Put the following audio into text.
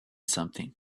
something